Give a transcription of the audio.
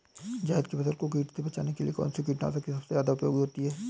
जायद की फसल को कीट से बचाने के लिए कौन से कीटनाशक सबसे ज्यादा उपयोगी होती है?